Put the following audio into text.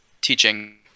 teaching